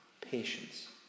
patience